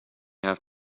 have